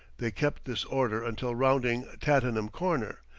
they kept this order until rounding tattenham corner,